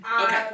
Okay